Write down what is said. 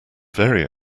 very